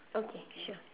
okay sure